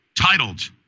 titled